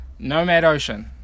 Nomadocean